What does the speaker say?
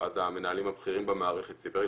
אחד המנהלים הבכירים במערכת סיפר לי